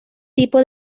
tipo